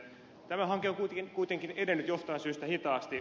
tämä hanke on kuitenkin edennyt jostain syystä hitaasti